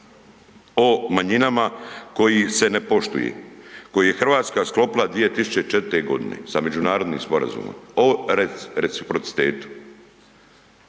o manjinama koji se ne poštuje, koji je Hrvatska sklopila 2004. g. sa međunarodnim sporazumima o reciprocitetu?